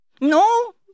No